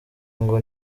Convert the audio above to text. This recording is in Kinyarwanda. ngo